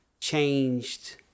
changed